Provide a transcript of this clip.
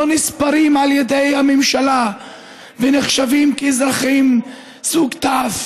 לא נספרים על ידי הממשלה ונחשבים כאזרחים סוג ת'.